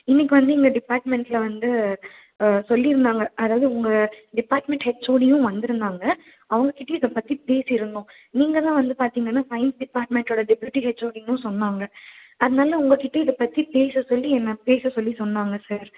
இன்னைக்கு வந்து எங்கள் டிபார்ட்மெண்ட்டில் வந்து சொல்லி இருந்தாங்க அதாவது உங்கள் டிபார்ட்மெண்ட் ஹெச்ஓடியும் வந்து இருந்தாங்க அவங்கக்கிட்டையும் இதைப்பத்தி பேசி இருந்தோம் நீங்கள் தான் வந்து பார்த்திங்கன்னா சயின்ஸ் டிபார்ட்மெண்ட்டோட டெப்பியூட்டி ஹெச்ஓடினும் சொன்னாங்க அதனால உங்கள்கிட்ட இதைப்பத்தி பேச சொல்லி என்ன பேச சொல்லி சொன்னாங்க சார்